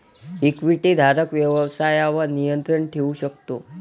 इक्विटीधारक व्यवसायावर नियंत्रण ठेवू शकतो